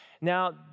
Now